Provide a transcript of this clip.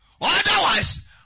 Otherwise